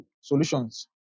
solutions